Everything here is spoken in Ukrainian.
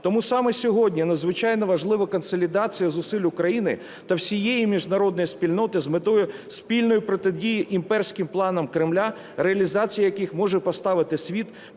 Тому саме сьогодні надзвичайно важлива консолідація зусиль України та всієї міжнародної спільноти з метою спільної протидії імперським планам Кремля, реалізація яких може поставити світ